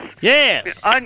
yes